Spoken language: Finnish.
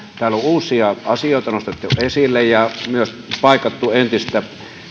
täällä on uusia asioita nostettu esille ja myös paikattu entistä